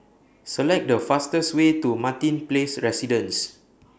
Select The fastest Way to Martin Place Residences